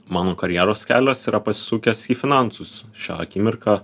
mano karjeros kelias yra pasisukęs į finansus šią akimirką